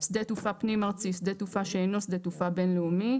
"שדה תעופה פנים ארצי" - שדה תעופה שאינו שדה תעופה בין-לאומי.